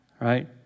Right